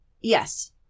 yes